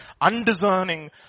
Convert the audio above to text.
Undiscerning